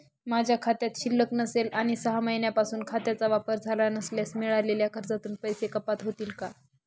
माझ्या खात्यात शिल्लक नसेल आणि सहा महिन्यांपासून खात्याचा वापर झाला नसल्यास मिळालेल्या कर्जातून पैसे कपात होतील का?